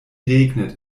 regnet